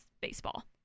baseball